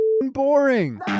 boring